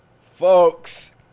folks